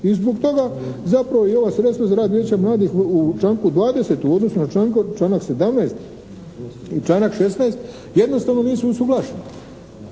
I zbog toga zapravo i ova sredstva za rad vijeća mladih u članku 20. u odnosu na članak 17. i članak 16. jednostavno nisu usuglašeni.